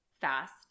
fast